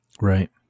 Right